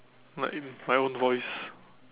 like it's my own voice